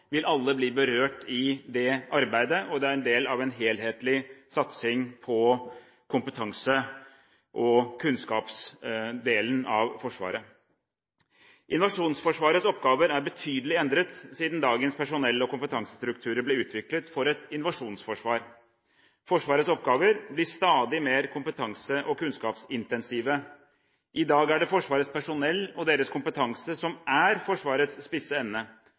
vil alle bli berørt i det arbeidet, og det er en del av en helhetlig satsing på kompetanse- og kunnskapsdelen av Forsvaret. Innsatsforsvarets oppgaver er betydelig endret siden dagens personell- og kompetansestrukturer ble utviklet for et invasjonsforsvar. Forsvarets oppgaver blir stadig mer kompetanse- og kunnskapsintensive. I dag er det Forsvarets personell og deres kompetanse som er Forsvarets spisse